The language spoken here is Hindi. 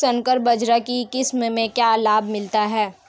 संकर बाजरा की किस्म से क्या लाभ मिलता है?